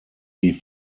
sie